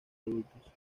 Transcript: adultos